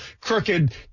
crooked